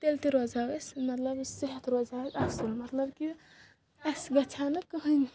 تیٚلہِ تہِ روزٕ ہو أسۍ مطلب صحت روزِ ہا اصٕل مطلب کہِ اسہِ گژھِ ہا نہٕ کٔہٕنۍ